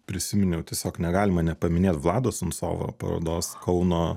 prisiminiau tiesiog negalima nepaminėti vlado suncovo parodos kauno